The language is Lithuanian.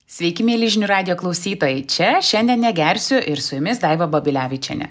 sveiki mieli žinių radijo klausytojai čia šiandien negersiu ir su jumis daiva babilevičienė